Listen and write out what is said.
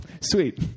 Sweet